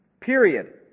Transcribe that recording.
Period